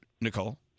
Nicole